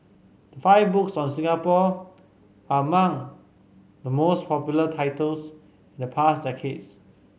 five books on Singapore are among the most popular titles in the past decades